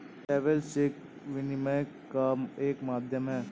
travellers cheque विनिमय का एक माध्यम है